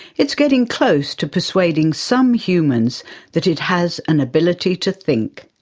it's getting close to persuading some humans that it has an ability to think.